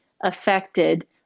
affected